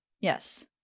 Yes